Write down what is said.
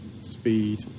speed